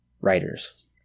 writers